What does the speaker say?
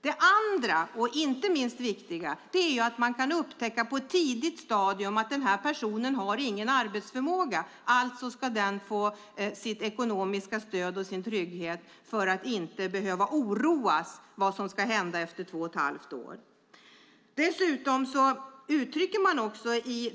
Det andra och inte minst viktiga är att man på ett tidigt stadium kan upptäcka att denna person inte har någon arbetsförmåga. Alltså ska denna person få sitt ekonomiska stöd och sin trygghet för att inte behöva oroas över vad som ska hända efter två och ett halvt år.